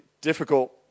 difficult